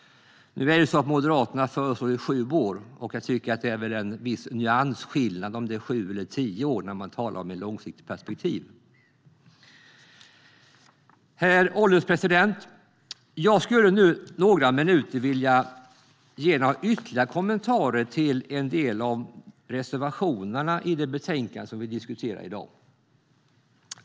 Moderaterna föreslår sju år, och jag tycker att det är en viss nyansskillnad på sju och tio år när vi talar om ett långsiktigt perspektiv. Herr ålderspresident! Låt mig under några minuter ge några ytterligare kommentarer till en del av reservationerna i dagens betänkande.